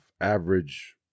average